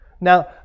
Now